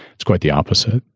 it's quite the opposite.